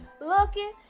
looking